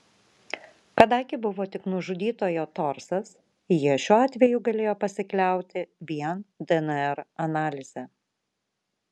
kadangi buvo tik nužudytojo torsas jie šiuo atveju galėjo pasikliauti vien dnr analize